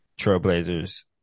Trailblazers